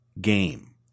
game